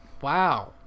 Wow